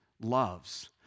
loves